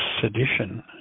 sedition